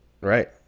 Right